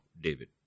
David